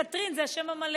קטרין זה השם המלא.